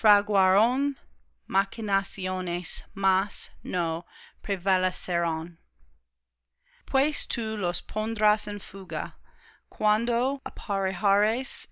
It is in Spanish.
no prevalecerán pues tú los pondrás en fuga cuando